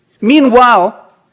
Meanwhile